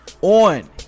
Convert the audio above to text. on